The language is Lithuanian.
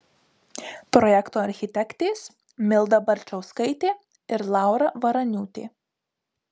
projekto architektės milda barčauskaitė ir laura varaniūtė